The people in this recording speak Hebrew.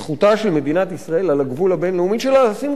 מדינת ישראל על הגבול הבין-לאומי שלה לשים גדר.